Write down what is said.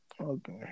okay